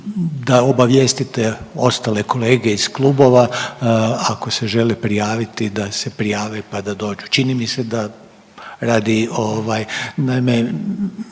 da obavijestite ostale kolege iz klubova ako se žele prijaviti da se prijave pa da dođu, čini mi se da radi